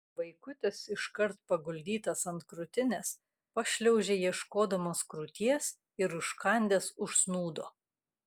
vaikutis iškart paguldytas ant krūtinės pašliaužė ieškodamas krūties ir užkandęs užsnūdo